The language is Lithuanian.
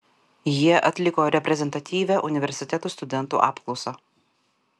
jie atliko reprezentatyvią universitetų studentų apklausą